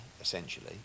essentially